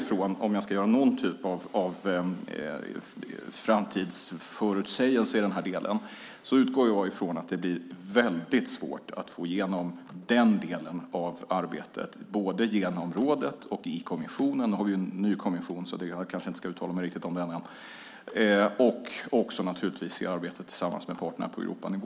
Ska jag göra någon typ av framtidsförutsägelse i detta utgår jag från att det blir svårt att få igenom den delen av arbetet i rådet, i kommissionen - vi har visserligen en ny kommission som jag kanske inte ska uttala mig om - och i arbetet med parterna på Europanivå.